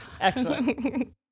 Excellent